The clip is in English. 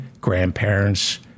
grandparents